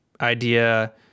idea